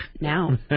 now